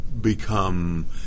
become